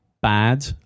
Bad